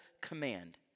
command